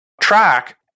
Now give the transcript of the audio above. track